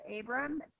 Abram